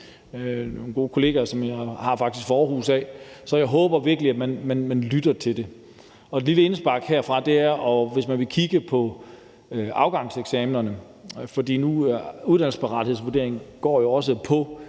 nogle gode kollegaer, som jeg har fra Aarhus, så jeg håber virkelig, at man lytter til det. Et lille indspark herfra er så, at man kan kigge på afgangseksamenerne. For uddannelsesparathedsvurderingen går,